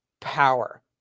power